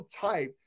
type